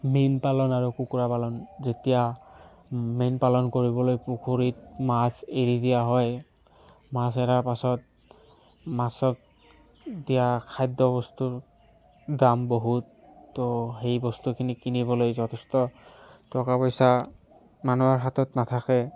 মীনপালন আৰু কুকুৰাপালন যেতিয়া মীনপালন কৰিবলৈ পুখুৰীত মাছ এৰি দিয়া হয় মাছ এৰাৰ পাছত মাছক দিয়া খাদ্যবস্তুৰ দাম বহুত তো সেই বস্তুখিনি কিনিবলৈ যথেষ্ট টকা পইচা মানুহৰ হাতত নাথাকে